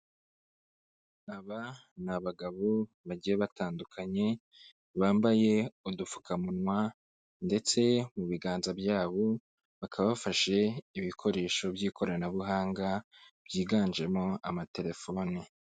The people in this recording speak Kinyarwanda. Aba ni abagabo bagiye batandukanye bambaye udupfukamunwa ndetse mu biganza byabo bakaba bafashe ibikoresho by'ikoranabuhanga byiganjemo amaterefone.